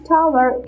Tower